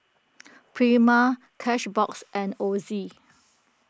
Prima Cashbox and Ozi